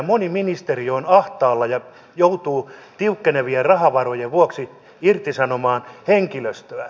moni ministeri on ahtaalla ja joutuu tiukkenevien rahavarojen vuoksi irtisanomaan henkilöstöä